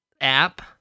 app